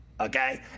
Okay